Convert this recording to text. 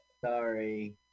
Sorry